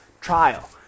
trial